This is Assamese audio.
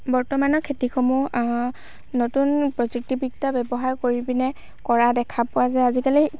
বৰ্তমানৰ খেতিসমূহ নতুন প্ৰযুক্তিবিদ্যা ব্যৱহাৰ কৰি পিনাই কৰা দেখা পোৱা যায় আজিকালি